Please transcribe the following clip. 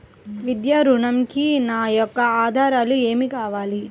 విద్యా ఋణంకి నా యొక్క ఆధారాలు ఏమి కావాలి?